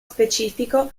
specifico